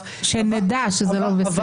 שנדע שזה לא בסדר.